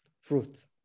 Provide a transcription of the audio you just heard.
Fruit